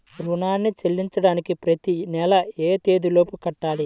రుణాన్ని చెల్లించడానికి ప్రతి నెల ఏ తేదీ లోపు కట్టాలి?